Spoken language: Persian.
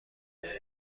کاملی